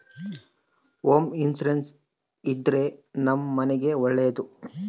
home insurance ಇದ್ರೆ ನಮ್ ಮನೆಗ್ ಒಳ್ಳೇದು